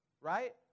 Right